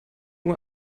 uhr